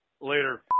Later